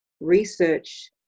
research